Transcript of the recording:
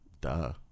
duh